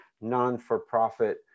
non-for-profit